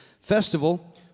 Festival